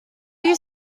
you